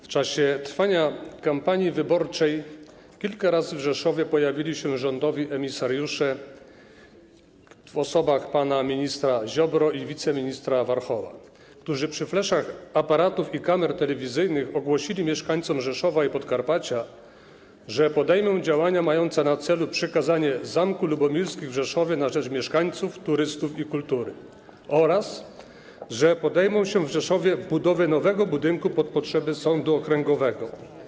W czasie trwania kampanii wyborczej kilka razy w Rzeszowie pojawili się rządowi emisariusze w osobach pana ministra Ziobry i wiceministra Warchoła, którzy przy fleszach aparatów i kamer telewizyjnych ogłosili mieszkańcom Rzeszowa i Podkarpacia, że podejmą działania mające na celu przekazanie Zamku Lubomirskich w Rzeszowie na rzecz mieszkańców, turystów i kultury oraz że podejmą się w Rzeszowie budowy nowego budynku na potrzeby sądu okręgowego.